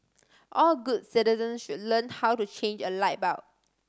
all good citizens should learn how to change a light bulb